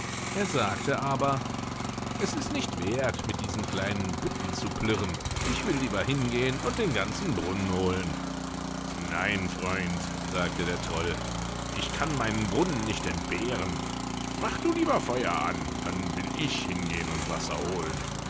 er sagte aber es ist nicht werth mit diesen kleinen bütten zu plirren ich will lieber hingehen und den ganzen brunnen holen nein freund sagte der troll ich kann meinen brunnen nicht entbehren mach du lieber feuer an dann will ich hingehen und wasser holen